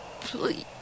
please